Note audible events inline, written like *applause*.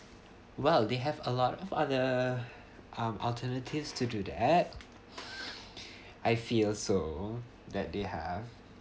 well they have a lot of other um alternatives to do that *breath* I feel so that they have